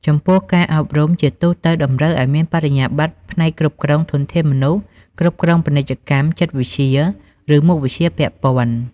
ចំពោះ ការអប់រំ ជាទូទៅតម្រូវឱ្យមានបរិញ្ញាបត្រផ្នែកគ្រប់គ្រងធនធានមនុស្ស គ្រប់គ្រងពាណិជ្ជកម្ម ចិត្តវិទ្យា ឬមុខវិជ្ជាពាក់ព័ន្ធ។